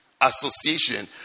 association